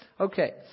Okay